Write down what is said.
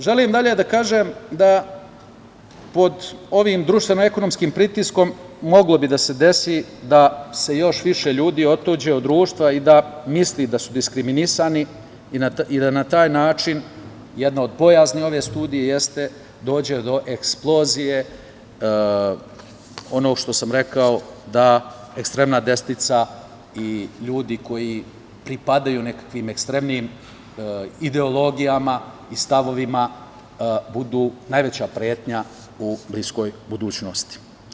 Želim dalje da kažem da pod ovim društveno-ekonomskim pritiskom moglo bi da se desi da se još više ljudi otuđe od društva i da misli da su diskriminisani i da na taj način jedna od bojazni ove studije jeste dođe do eksplozije onog što sam rekao, da ekstremna desnica i ljudi koji pripadaju nekakvim ekstremnijim ideologijama i stavovima budu najveća pretnja u bliskoj budućnosti.